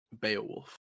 Beowulf